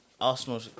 Arsenal